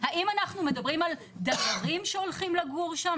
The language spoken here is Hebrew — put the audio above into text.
האם אנחנו מדברים על דיירים שהולכים לגור שם?